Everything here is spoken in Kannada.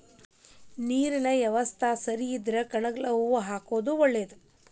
ನೇರಿನ ಯವಸ್ತಾ ಸರಿ ಇದ್ರ ಕನಗಲ ಹೂ ಹಾಕುದ ಒಳೇದ